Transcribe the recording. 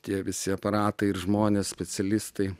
tie visi aparatai ir žmonės specialistai